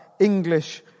English